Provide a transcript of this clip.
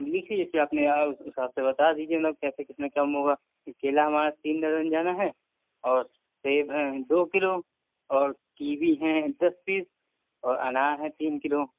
لکھ لیجیے پھر آپ میرا اس حساب سے بتا دیجیے کیسے کتنے کم ہوگا پھر کیلا ہمارا تین درجن دینا ہے اور سیب ہیں دو کلو اور کیوی ہیں دس پیس اور انار ہیں تین کلو